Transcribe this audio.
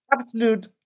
Absolute